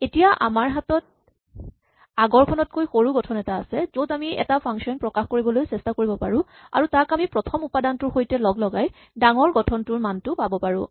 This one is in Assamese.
এতিয়া আমাৰ হাতত আগৰ খনতকৈ সৰু গঠন এটা আছে য'ত আমি এটা ফাংচন প্ৰকাশ কৰিবলৈ চেষ্টা কৰিব পাৰো আৰু তাক আমি প্ৰথম উপাদানটোৰ সৈতে লগলগাই ডাঙৰ গঠনটোৰ মানটো পাব পাৰো